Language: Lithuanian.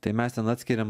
tai mes ten atskiriam